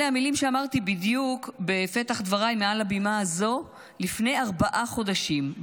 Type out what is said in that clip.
אלה בדיוק המילים שאמרתי בפתח דבריי מעל הבימה הזו לפני ארבעה חודשים,